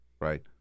right